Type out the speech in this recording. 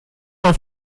vom